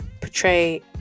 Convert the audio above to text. portray